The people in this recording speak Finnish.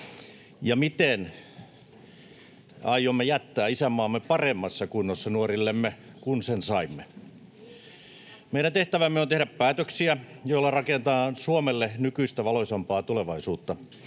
ja miten aiomme jättää isänmaamme nuorillemme paremmassa kunnossa kuin sen saimme. Meidän tehtävämme on tehdä päätöksiä, joilla rakennetaan Suomelle nykyistä valoisampaa tulevaisuutta.